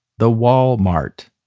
the wall mart.